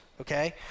Okay